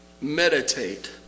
meditate